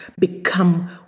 become